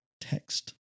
text